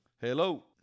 Hello